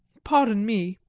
pardon me,